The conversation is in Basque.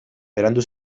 berandu